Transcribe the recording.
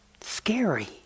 scary